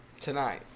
tonight